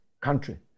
country